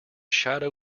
shadow